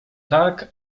tak